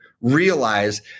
realize